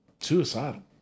suicidal